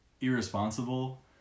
irresponsible